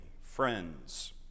friends